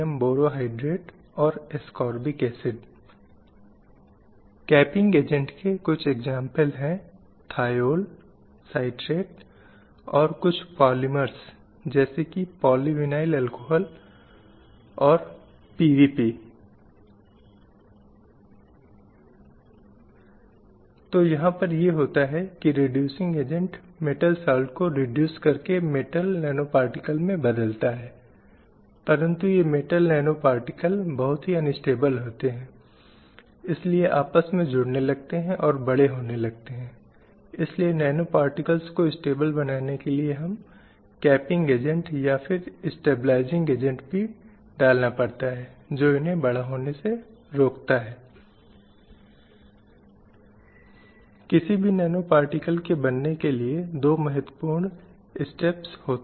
slide समय संदर्भ 0636 अब इस संदर्भ में कोई भी मौजूदा भारतीय समाज को देख सकता है कि भारतीय समाज में महिलाओं की स्थिति क्या है अब शुरू करने के लिए कोई यह कह सकता है कि यह हमेशा परिवर्तन की प्रक्रिया में है इसलिए मैं या कोई इस तथ्य पर जोर नहीं देगा कि सभी समयों के लिए यह एक समान रहा है या इसमें कोई बदलाव नहीं हुआ है लेकिन क्या हम उन सभी अंतर को दूर कर पाए हैं